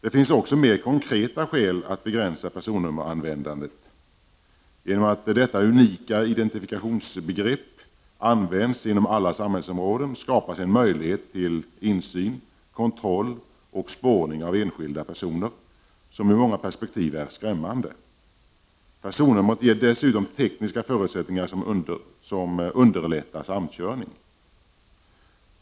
Det finns också mer konkreta skäl att begränsa personnummeranvändandet. Genom att detta unika identifikationsbegrepp används inom alla samhällsområden skapas en möjlighet till insyn, kontroll och spårning av enskilda personer som ur många perspektiv är skrämmande. Personnumret ger dessutom tekniska förutsättningar som underlättar samkörning.